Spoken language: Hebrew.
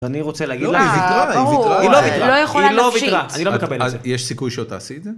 אני רוצה להגיד לה, היא ויתרה, היא לא ויתרה, היא לא ויתרה, היא לא ויתרה, אני לא מקבל את זה. יש סיכוי שאתה עשית?